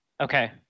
Okay